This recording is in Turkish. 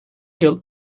yıl